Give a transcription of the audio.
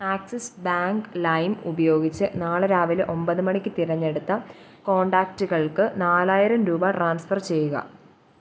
axis Bank Lime ഉപയോഗിച്ച് നാളെ രാവിലെ ഒമ്പത് മണിക്ക് തിരഞ്ഞെടുത്ത കോൺടാക്റ്റുകൾക്ക് നാലായിരം രൂപ ട്രാൻസ്ഫർ ചെയ്യുക